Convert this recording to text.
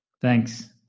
Thanks